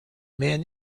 man